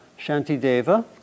Shantideva